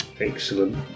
Excellent